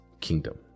kingdom